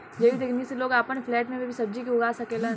जैविक तकनीक से लोग आपन फ्लैट में भी सब्जी के उगा सकेलन